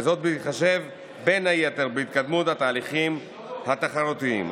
וזאת בהתחשב בין היתר בהתקדמות התהליכים התחרותיים.